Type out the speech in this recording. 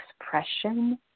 expression